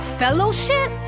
fellowship